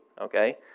okay